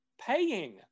paying